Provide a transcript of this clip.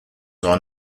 are